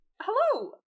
hello